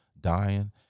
dying